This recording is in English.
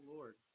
Lord